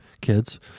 kids